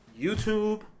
YouTube